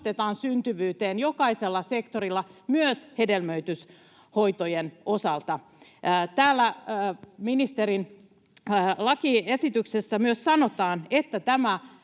syntyvyyteen jokaisella sektorilla myös hedelmöityshoitojen osalta. Täällä ministerin lakiesityksessä myös sanotaan, että tämä